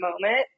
moment